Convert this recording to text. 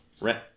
Rent